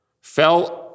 fell